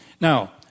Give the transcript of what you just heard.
Now